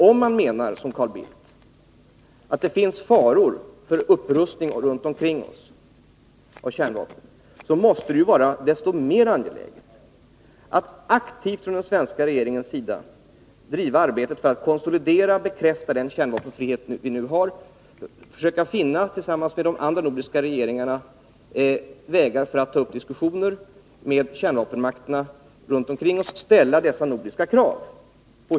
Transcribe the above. Om man, som Carl Bildt, menar att det finns risk för en upprustning av kärnvapnen runt omkring oss, måste det vara än mer angeläget att den svenska regeringen aktivt driver arbetet för att konsolidera den kärnvapenfrihet som vi nu har och, tillsammans med de andra nordiska regeringarna, försöker finna vägar för att med kärnvapenmakterna i vår närhet ta upp diskussioner och ställa dessa nordiska krav.